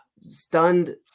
Stunned